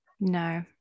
no